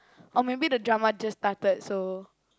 oh maybe the drama just started so